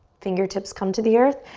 fingertips come to the earth.